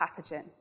pathogen